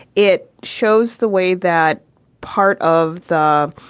it shows the way that part of the